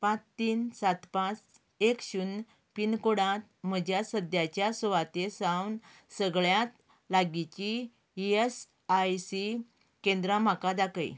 पांच तीन सात पांच एक शुन्य पिनकोडांत म्हज्या सद्याच्या सुवाते सावन सगळ्यांत लागींची ई एस आय सी केंद्रां म्हाका दाखय